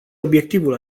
obiectivul